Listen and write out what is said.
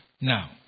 now